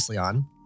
on